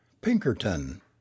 Pinkerton